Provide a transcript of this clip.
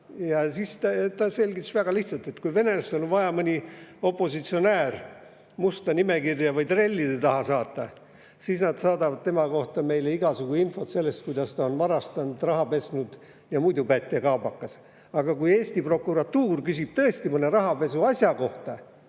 toimib. Ta selgitas väga lihtsalt, et kui venelastel on vaja mõni opositsionäär musta nimekirja või trellide taha saata, siis nad saadavad meile tema kohta igasugu infot sellest, kuidas ta on varastanud, raha pesnud ja muidu pätt ja kaabakas olnud. Aga kui Eesti prokuratuur küsib tõesti mõne rahapesuasja kohta